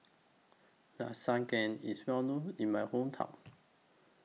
Lasagne IS Well known in My Hometown